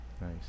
Nice